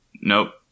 Nope